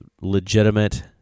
legitimate